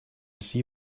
see